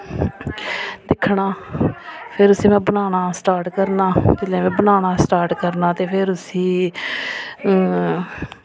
दिक्खना फिर उस्सी में बनाना स्टार्ट करना जिल्लै में बनाना स्टार्ट करना ते फिर उस्सी